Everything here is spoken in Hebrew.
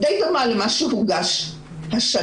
שדי דומה למה שהוגש השנה.